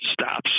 stops